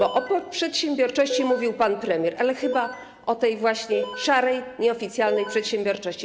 O przedsiębiorczości mówił pan premier, ale chyba o tej właśnie szarej, nieoficjalnej przedsiębiorczości.